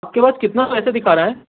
آپ کے پاس کتنا پیسہ دکھا رہا ہے